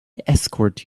escort